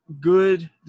good